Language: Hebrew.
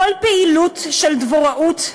כל פעילות של דבוראות,